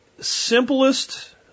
simplest